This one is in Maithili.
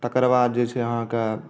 तकर बाद जे छै अहाँकेँ